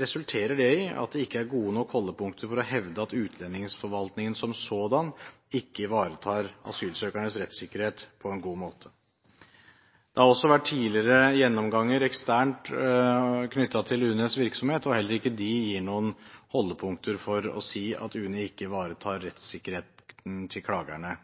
resulterer det i at det ikke er gode nok holdepunkter for å hevde at utlendingsforvaltningen som sådan ikke ivaretar asylsøkernes rettssikkerhet på en god måte. Det har også tidligere vært gjennomganger eksternt knyttet til UNEs virksomhet. Heller ikke de gir noen holdepunkter for å si at UNE ikke ivaretar rettssikkerheten til klagerne